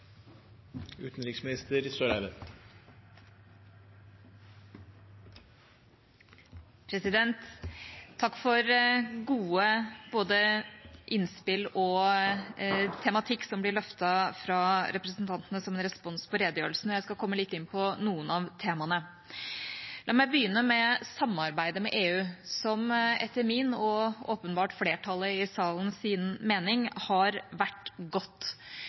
tematikk som blir løftet fra representantene som respons på redegjørelsen. Jeg skal komme litt inn på noen av temaene. La meg begynne med samarbeidet med EU, som etter min og åpenbart flertallet i salen sin mening har vært godt